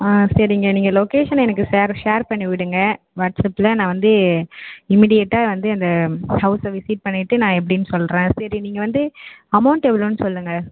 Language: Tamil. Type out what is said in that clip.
ஆ சரிங்க நீங்கள் லொக்கேஷன் எனக்கு ஷேர் ஷேர் பண்ணி விடுங்க வாட்ஸப்பில் நான் வந்து இமிடியேட்டாக வந்து அந்த ஹவுஸை விசிட் பண்ணிவிட்டு நான் எப்படின்னு சொல்கிறேன் சரி நீங்கள் வந்து அமௌண்ட் எவ்வளோன்னு சொல்லுங்க